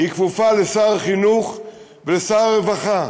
היא כפופה לשר החינוך ולשר הרווחה,